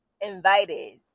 invited